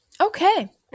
Okay